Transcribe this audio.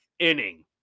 Inning